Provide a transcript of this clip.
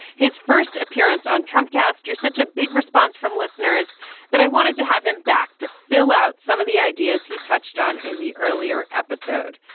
his first appearance on trump cast. you're such a big response from listeners that i wanted to have him back to fill out some of the ideas he touched on in the earlier episode.